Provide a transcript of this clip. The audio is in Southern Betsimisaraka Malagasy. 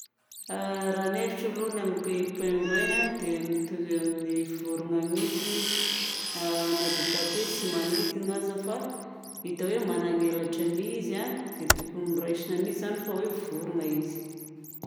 Raha ny hevitro aloha ny amin'ny biby pingouins dia mitovy amin'ny vorona mihiky izy na dia ataoko hoe tsy manidina aza fa hita hoe manana elatrany izy a dia tokony ho raisina mihitsy izany fa hoe vorona izy.